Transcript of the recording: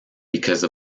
because